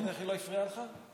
ראית שהיא לא הפריעה לך?